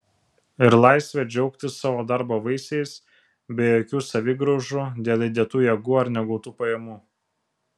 ir laisvę džiaugtis savo darbo vaisiais be jokių savigraužų dėl įdėtų jėgų ar negautų pajamų